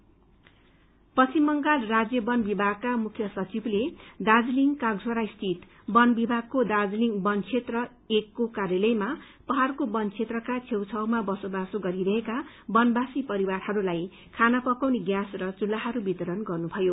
mass डिउनेस्थान पश्चिम बंगाल राज्य बन विभागका मुख्य सचिवले दर्जालिङ कागम्रोडा स्थित वन विभागको दार्जालिङको वन क्षेत्र एकको कार्यालयमा पहाइको वन क्षेत्रको छेउछाउमा बसोबसो गरिरहेका बनवासी परिवारहस्ताई खाना बनाउने ग्यास र चुल्हाहरू वितरण गर्नुभयो